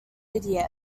idiot